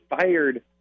fired